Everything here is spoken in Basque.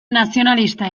nazionalista